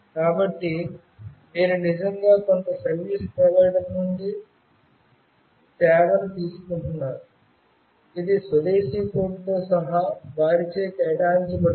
కాబట్టి మీరు నిజంగా కొంత సర్వీస్ ప్రొవైడర్ నుండి సేవను తీసుకుంటున్నారు ఇది స్వదేశీ కోడ్తో సహా వారిచే కేటాయించబడుతుంది